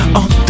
on